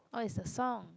oh it's the song